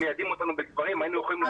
מיידעים אותנו בדברים היינו יכולים להגיב.